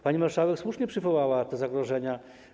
Pani marszałek słusznie przywołała te zagrożenia.